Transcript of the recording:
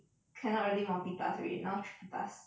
cannot really multitask already now triple-task